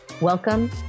Welcome